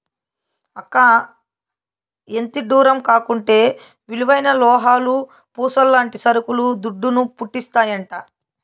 అక్కా, ఎంతిడ్డూరం కాకుంటే విలువైన లోహాలు, పూసల్లాంటి సరుకులు దుడ్డును, పుట్టిస్తాయంట